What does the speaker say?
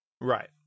Right